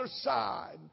side